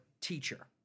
teacher